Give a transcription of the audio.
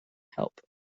help